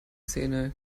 szene